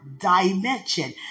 dimension